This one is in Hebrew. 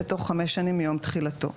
בתוך חמש שנים מיום תחילתו של חוק זה.